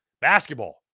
Basketball